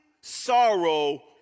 sorrow